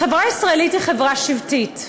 החברה הישראלית היא חברה שבטית,